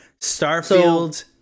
Starfield